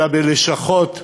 אלא בלשכות העירוניות,